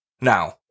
now